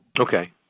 Okay